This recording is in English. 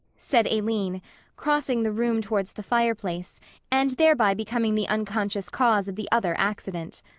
said aline, crossing the room towards the fireplace and thereby becoming the unconscious cause of the other accident.